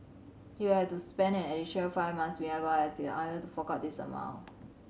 he will have to spend an additional five months behind bars as he was unable to fork out this amount